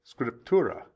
Scriptura